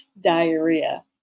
diarrhea